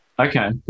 Okay